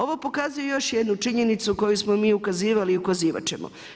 Ovo pokazuje još jednu činjenicu koju smo mi ukazivali i ukazivat ćemo.